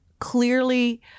clearly